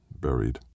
buried